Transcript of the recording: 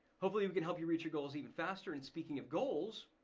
hopefully we can help you reach your goals even faster and speaking of goals,